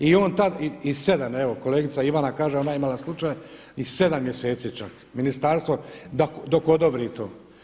I on tada, i 7, evo kolegica Ivana kaže, ona je imala slučaj i 7 mjeseci čak ministarstvo dok odobri to.